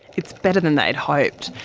it's better than they'd hoped.